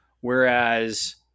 whereas